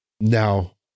Now